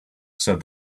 said